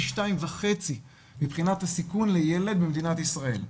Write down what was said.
2.5 מבחינת הסיכון לילד במדינת ישראל.